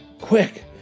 Quick